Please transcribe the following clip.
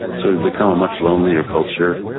so we've become a much lonelier culture,